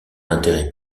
intérêt